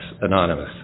Anonymous